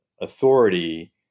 authority